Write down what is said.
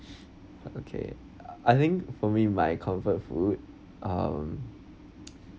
okay I think for me my comfort food um